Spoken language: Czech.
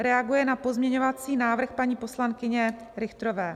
Reaguje na pozměňovací návrh paní poslankyně Richterové.